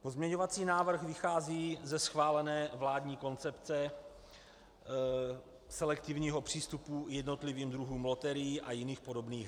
Pozměňovací návrh vychází ze schválené vládní koncepce selektivního přístupu k jednotlivým druhům loterií a jiných podobných her.